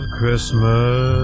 Christmas